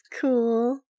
cool